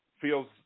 feels